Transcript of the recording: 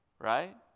right